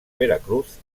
veracruz